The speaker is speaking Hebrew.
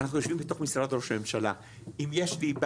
אנחנו יושבים בתך משרד ראש הממשלה - אם תהיה